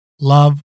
love